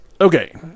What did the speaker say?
Okay